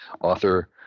author